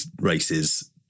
races